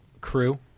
crew